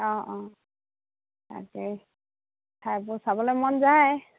অঁ অঁ তাকেই ঠাইবোৰ চাবলৈ মন যায়